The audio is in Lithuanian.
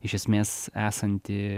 iš esmės esanti